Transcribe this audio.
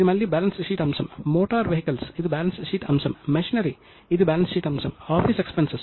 కౌటిల్యని అర్థ శాస్త్రం ప్రకారం నగదు రాబడి కు వ్యత్యాసాన్ని వివరించాడు